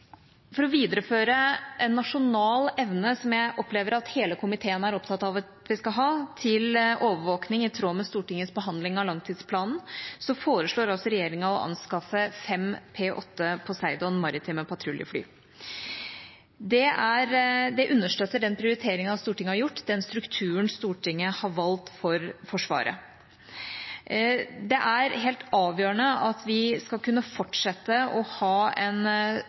For å videreføre en nasjonal evne til overvåkning – som jeg opplever at hele komiteen er opptatt av at vi skal ha – i tråd med Stortingets behandling av langtidsplanen, foreslår altså regjeringa å anskaffe fem P-8 Poseidon maritime patruljefly. Det understøtter den prioriteringen som Stortinget har gjort og den strukturen som Stortinget har valgt for Forsvaret. Det er helt avgjørende at vi skal kunne fortsette å ha en